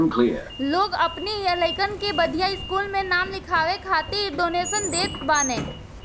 लोग अपनी लइकन के बढ़िया स्कूल में नाम लिखवाए खातिर डोनेशन देत बाने